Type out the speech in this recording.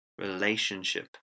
relationship